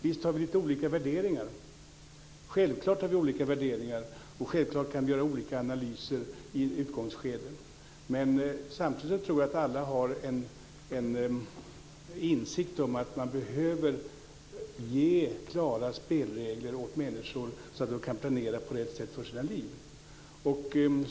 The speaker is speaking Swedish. Visst har vi lite olika värderingar - självklart. Självklart kan vi också göra lite olika analyser i ett utgångsskede. Men samtidigt tror jag att alla har en insikt om att man behöver ge klara spelregler åt människor så att de kan planera på rätt sätt för sina liv.